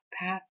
path